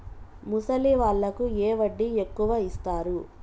ముసలి వాళ్ళకు ఏ వడ్డీ ఎక్కువ ఇస్తారు?